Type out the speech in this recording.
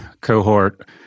cohort